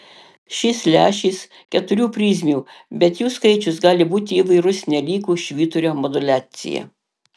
šis lęšis keturių prizmių bet jų skaičius gali būti įvairus nelygu švyturio moduliacija